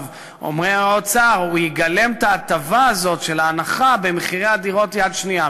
אומר האוצר: הוא יגלם את ההטבה הזאת של ההנחה במחירי הדירות יד שנייה.